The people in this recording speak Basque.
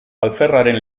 alferraren